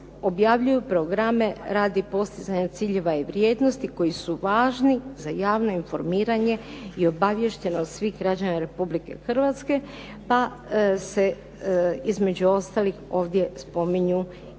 objavljuju programe radi postizanja ciljeva i vrijednosti koji su važni za javno informiranje i obaviješteni od svih građana Republike Hrvatske pa se između ostalih ovdje spominju i osobe